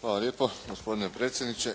Hvala lijepo gospodine predsjedniče.